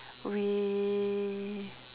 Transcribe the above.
we